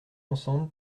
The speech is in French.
ensemble